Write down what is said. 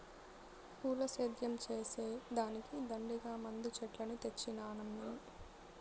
పూల సేద్యం చేసే దానికి దండిగా మందు చెట్లను తెచ్చినానమ్మీ